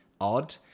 odd